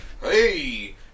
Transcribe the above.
Hey